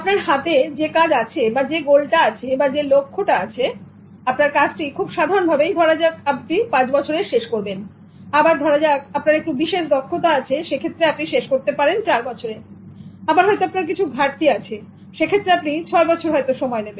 আপনার হাতে যে কাজ আছে বা যে গোলটা আছে এখন আপনার কাজটি খুব সাধারণ ভাবে ধরা যাক আপনি পাঁচ বছরের শেষ করবেন আবার ধরা যাক আপনার একটু বিশেষ দক্ষতা আছে যে ক্ষেত্রে আপনি শেষ করতে পারেন চার বছরে আবার হয়তো আপনার কিছু ঘাটতি আছে সেক্ষেত্রে আপনি ছয় বছর সময় নেবেন